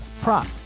prop